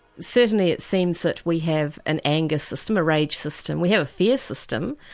certainly it seems that we have an anger system, a rage system, we have a fear system.